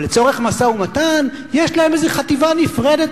אבל לצורך משא-ומתן יש להם איזו חטיבה נפרדת,